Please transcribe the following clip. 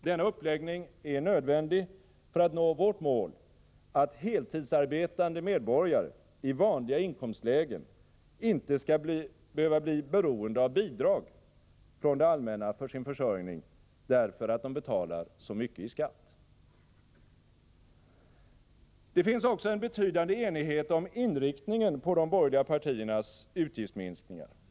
Denna uppläggning är nödvändig för att nå vårt mål att heltidsarbetande medborgare i vanliga inkomstlägen inte skall behöva bli beroende av bidrag från det allmänna för sin försörjning, därför att de betalar så mycket i skatt. Det finns också en betydande enighet om inriktningen på de borgerliga partiernas utgiftsminskningar.